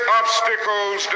obstacles